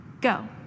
go